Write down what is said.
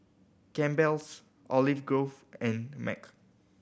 Campbell's Olive Grove and Mac